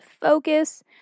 focus